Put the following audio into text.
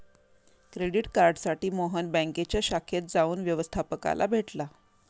credit कार्डसाठी मोहन बँकेच्या शाखेत जाऊन व्यवस्थपकाला भेटला